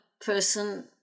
person